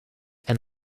and